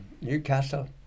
Newcastle